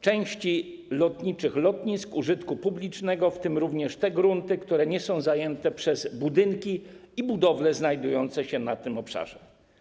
części lotniczych lotnisk użytku publicznego, w tym również te grunty, które nie są zajęte przez budynki i budowle znajdujące się na tym obszarze.